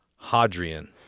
Hadrian